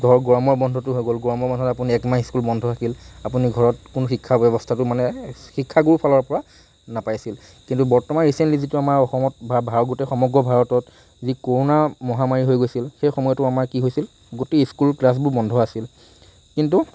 ধৰক গৰমৰ বন্ধটো হৈ গ'ল গৰমৰ বন্ধত আপুনি একমাহ স্কুল বন্ধ থাকিল আপুনি ঘৰত কোনো শিক্ষা ব্যৱস্থাটো মানে শিক্ষা গুৰুৰ ফালৰ পৰা নেপাইছিল কিন্তু বৰ্তমান ৰিচেণ্টলি যিটো আমাৰ অসমত বা গোটেই সমগ্ৰ ভাৰতত যি কৰোণা মহামাৰী হৈ গৈছিল সেই সময়টো আমাৰ কি হৈছিল গোটেই স্কুল ক্লাছবোৰ বন্ধ আছিল কিন্তু